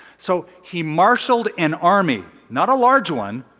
so he marshaled an army, not a large one,